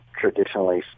traditionally